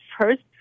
first